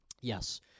Yes